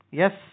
yes